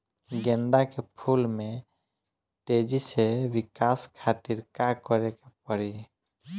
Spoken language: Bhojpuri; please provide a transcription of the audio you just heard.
गेंदा के फूल में तेजी से विकास खातिर का करे के पड़ी?